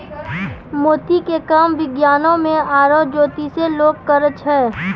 मोती के काम विज्ञानोॅ में आरो जोतिसें लोग करै छै